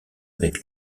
avec